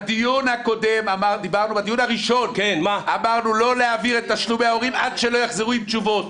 בדיון הראשון אמרנו לא להעביר את תשלומי ההורים עד שלא יחזרו עם תשובות.